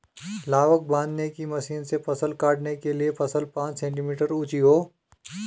लावक बांधने की मशीन से फसल काटने के लिए फसल पांच सेंटीमीटर ऊंची हो